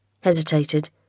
hesitated